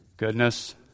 Goodness